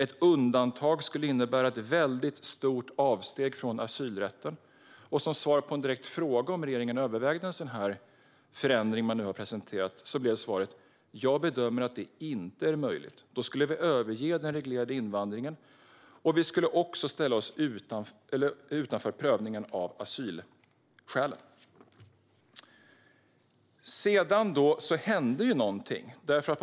Ett undantag skulle innebära ett stort avsteg från asylrätten. Som svar på en direkt fråga om regeringen övervägde en sådan förändring som man nu har presenterat blev svaret: Jag bedömer att det inte är möjligt. Då skulle vi överge den reglerade invandringen. Vi skulle också ställa oss utanför prövningen av asylskälen. Sedan hände något.